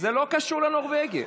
זה לא קשור לנורבגי.